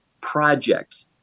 projects